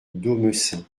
domessin